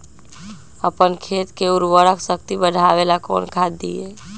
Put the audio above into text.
अपन खेत के उर्वरक शक्ति बढावेला कौन खाद दीये?